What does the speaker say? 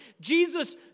Jesus